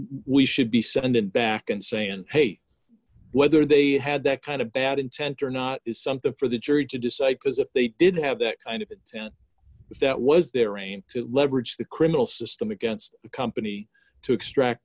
we should be sending back and saying hey whether they had that kind of bad intent or not is something for the jury to decide because if they did have that kind of if that was their aim to leverage the criminal system against the company to extract